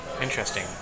Interesting